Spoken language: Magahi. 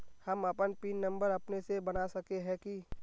हम अपन पिन नंबर अपने से बना सके है की?